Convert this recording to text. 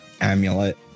amulet